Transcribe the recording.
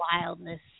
wildness